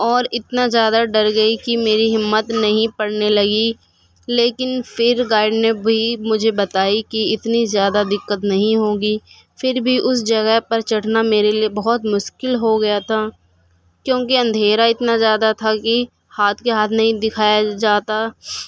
اور اتنا زیادہ ڈر گئی کہ میری ہمت نہیں پڑنے لگی لیکن پھر گائڈ نے بھی بتائی مجھے بتائی کہ اتنی زیادہ دقت نہیں ہوگی پھر بھی اس جگہ پر چڑھنا میرے لیے بہت مشکل ہو گیا تھا کیونکہ اندھیرا اتنا زیادہ تھا کہ ہاتھ کے ہاتھ نہیں دکھایا جاتا